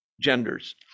genders